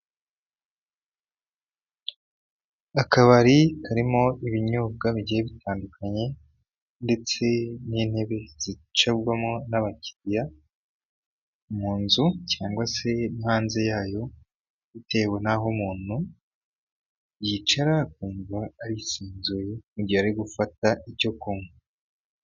Akabari karimo ibinyobwa bigiye bitandukanye ndetse n'intebe zicarwamo n'abakiriya, mu nzu cyangwa se hanze yayo bitewe naho umuntu yicara akumva arisanzuye mu gihe ari gufata icyo kunywa.